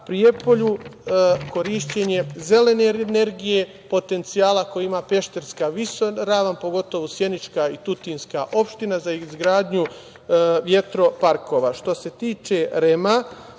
Prijepolju, korišćenje zelene energije, potencijala koji ima Pešterska visoravan, pogotovo sjenička i tutinska opština za izgradnju vetroparkova. Što se tiče REM-a,